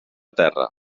terra